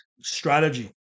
strategy